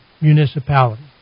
municipality